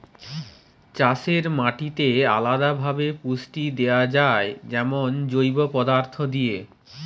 চাষের মাটিতে আলদা ভাবে পুষ্টি দেয়া যায় যেমন জৈব পদার্থ দিয়ে